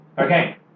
Okay